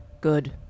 Good